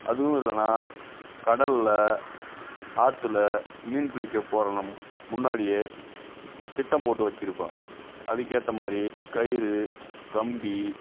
அதுவும் இல்லைன்னா கடலில் ஆற்றுல மீன் பிடிக்கப் போகணும் முன்னாடியே திட்டம் போட்டு வெச்சுருப்பேன் அதுக்கு ஏற்ற மாதிரி கயிறு கம்பி